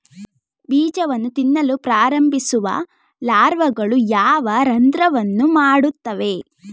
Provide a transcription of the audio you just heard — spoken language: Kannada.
ಬೀಜವನ್ನು ತಿನ್ನಲು ಪ್ರಾರಂಭಿಸುವ ಲಾರ್ವಾಗಳು ಯಾವ ರಂಧ್ರವನ್ನು ಮಾಡುತ್ತವೆ?